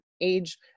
age